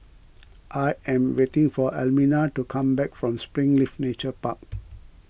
I am waiting for Elmina to come back from Springleaf Nature Park